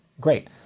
Great